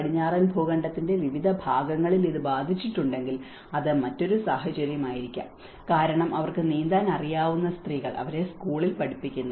പടിഞ്ഞാറൻ ഭൂഖണ്ഡത്തിന്റെ വിവിധ ഭാഗങ്ങളിൽ ഇത് ബാധിച്ചിട്ടുണ്ടെങ്കിൽ അത് മറ്റൊരു സാഹചര്യമായിരിക്കാം കാരണം അവർക്ക് നീന്താൻ അറിയാവുന്ന സ്ത്രീകൾ അവരെ സ്കൂളിൽ പഠിപ്പിക്കുന്നു